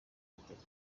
batatu